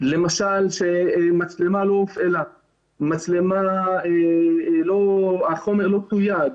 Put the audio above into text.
למשל שמצלמה לא הופעלה, החומר לא תויג,